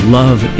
love